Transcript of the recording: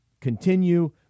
continue